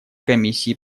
комиссии